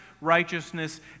righteousness